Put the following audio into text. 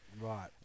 Right